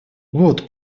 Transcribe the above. вот